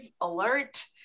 alert